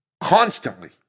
constantly